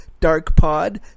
DARKPOD